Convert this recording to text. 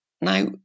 Now